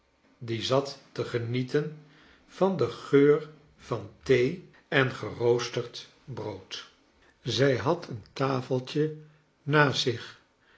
die zat te genieten van den geur van thee en kleine dokmt geroosterd brood zij had een tafeltje naast zich